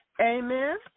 Amen